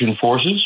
forces